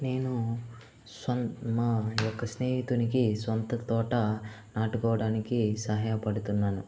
నేను సొ మా యొక్క స్నేహితునికి సొంత తోట నాటుకోవడానికి సహాయపడుతున్నాను